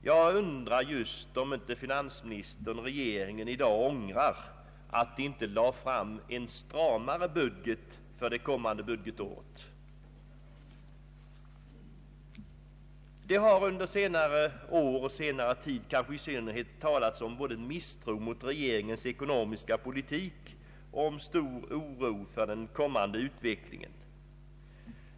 Jag undrar om inte finansministern i dag ångrar att han inte lagt fram en stramare budget för det kommande budgetåret. Det har under senare tid talats om både misstro mot regeringens ekonomiska politik och om stor oro för den kommande utvecklingen.